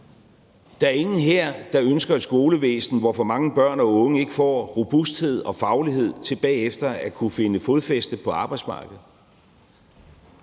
Der er ingen her, der ønsker et skolevæsen, hvor for mange børn og unge ikke får robusthed og faglighed til bagefter at kunne finde fodfæste på arbejdsmarkedet.